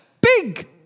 big